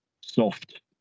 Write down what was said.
soft